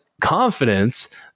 confidence